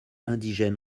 indigène